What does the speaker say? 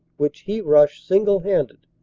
which he rushed single-handed,